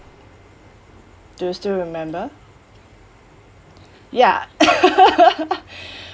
do you still remember ya